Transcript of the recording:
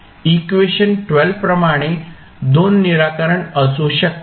equation प्रमाणे 2 निराकरण असू शकतात